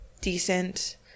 decent